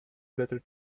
better